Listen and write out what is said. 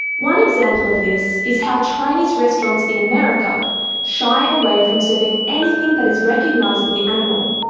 one example of this is how chinese restaurants in america shy away from serving anything that is recognisably animal.